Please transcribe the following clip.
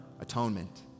atonement